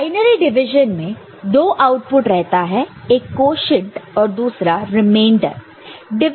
तो binary division में 2 output रहता है एक क्वोशन्ट और दूसरा रिमेंडर है